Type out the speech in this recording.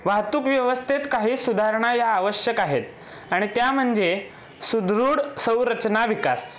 वाहतूक व्यवस्थेत काही सुधारणा या आवश्यक आहेत आणि त्या म्हणजे सुदृढ संरचना विकास